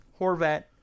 Horvat